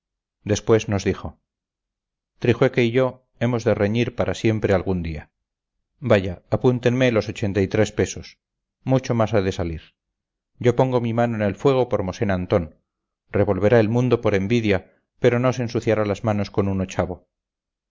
después nos dijo trijueque y yo hemos de reñir para siempre algún día vaya apúntenme los ochenta y tres pesos mucho más ha de salir yo pongo mi mano en el fuego por mosén antón revolverá el mundo por envidia pero no se ensuciará las manos con un ochavo